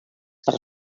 per